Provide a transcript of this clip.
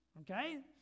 okay